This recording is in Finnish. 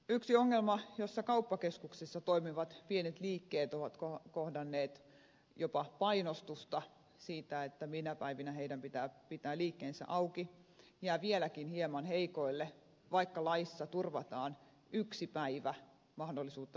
yksi ongelma se että kauppakeskuksissa toimivat pienet liikkeet ovat kohdanneet jopa painostusta siitä minä päivinä heidän pitää pitää liikkeensä auki jää vieläkin hieman heikoille vaikka laissa turvataan mahdollisuus yhtenä päivänä pitää liike kiinni